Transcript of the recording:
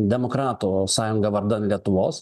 demokrato sąjunga vardan lietuvos